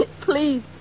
please